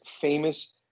famous